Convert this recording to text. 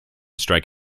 strike